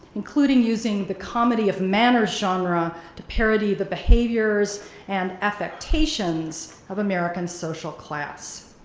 including using the comedy of manners genre to parody the behaviors and affectations of american social class.